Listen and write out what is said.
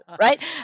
right